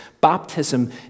Baptism